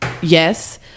yes